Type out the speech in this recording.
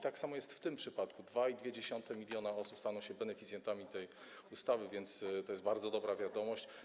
Tak samo jest w tym przypadku - 2,2 mln osób staną się beneficjentami tej ustawy, więc to jest bardzo dobra wiadomość.